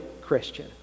Christian